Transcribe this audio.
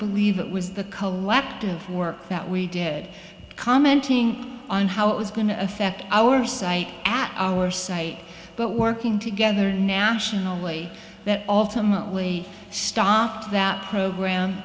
believe it was the collective work that we did commenting on how it was going to affect our site at our site but working together nationally that ultimately stopped that program